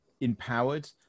empowered